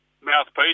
Mouthpiece